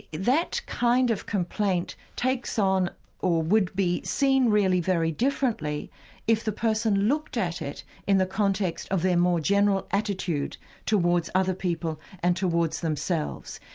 that kind of complaint takes on or would be seen really very differently if the person looked at it on the context of their more general attitude towards other people and towards themselves.